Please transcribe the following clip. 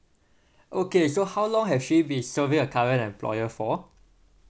okay so how long has she been serving the current employer for